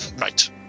Right